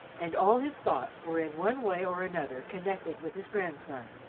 and all his thoughts were in one way or another connected with his grandson.